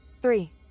three